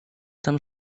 tam